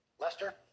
lester